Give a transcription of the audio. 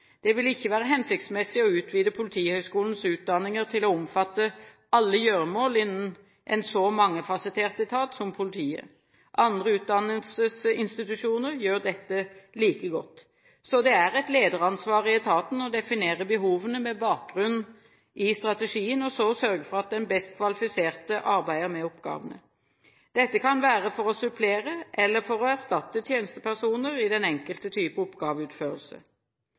Det vil ikke være hensiktsmessig å utvide Politihøgskolens utdanninger til å omfatte alle gjøremål innen en så mangefasettert etat som politiet. Andre utdannelsesinstitusjoner gjør dette like godt. Så er det et lederansvar i etaten å definere behovene med bakgrunn i strategien, og så sørge for at den best kvalifiserte arbeider med oppgavene. Dette kan være for å supplere, eller for å erstatte tjenestepersoner i den enkelte type oppgaveutførelse.